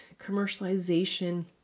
commercialization